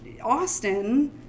austin